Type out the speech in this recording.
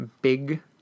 big